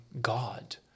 God